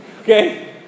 Okay